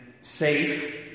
safe